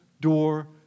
door